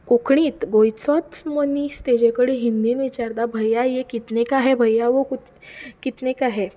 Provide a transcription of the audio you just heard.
कोंकणी गोंयचोच मनीस तेचेकडेन हिंदीन विचारता भैया ये कितने का है भैया वो कितने का है